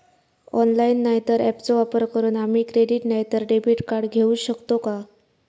Online नाय तर ऍपचो वापर करून आम्ही क्रेडिट नाय तर डेबिट कार्ड घेऊ शकतो का?